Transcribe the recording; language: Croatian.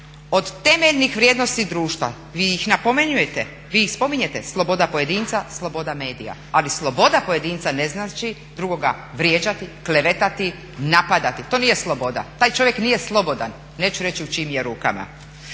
od temeljnih vrijednosti društva, vi ih napominjete, vi ih spominjete sloboda pojedinca, sloboda medija, ali sloboda pojedinca ne znači drugoga vrijeđati, klevetati, napadati, to nije sloboda, taj čovjek nije slobodan, neću reći u čijim je rukama.